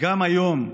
גם היום,